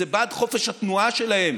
זה בעד חופש התנועה שלהם,